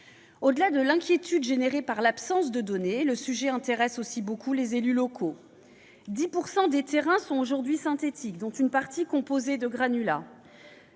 Au-delà de l'inquiétude engendrée par l'absence de données, le sujet intéresse aussi beaucoup les élus locaux. Ainsi, 10 % des terrains sont aujourd'hui synthétiques, une partie d'entre eux étant